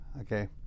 okay